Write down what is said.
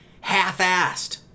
half-assed